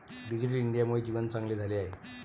digital इंडियामुळे जीवन चांगले झाले आहे